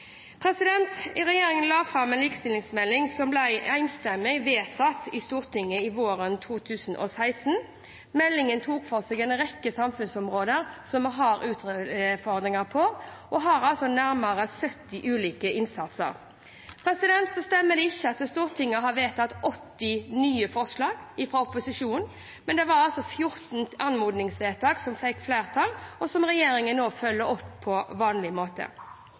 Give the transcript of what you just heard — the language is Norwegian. regjeringen la fram en likestillingsmelding som ble enstemmig vedtatt i Stortinget våren 2016. Meldingen tok for seg en rekke samfunnsområder der vi har utfordringer, og har nærmere 70 ulike innsatser. Det stemmer ikke at Stortinget har vedtatt 80 nye forslag fra opposisjonen, men det var 14 anmodningsvedtak som fikk flertall, og som regjeringen nå følger opp på vanlig måte.